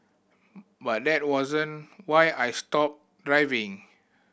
but that wasn't why I stopped driving